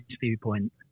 viewpoint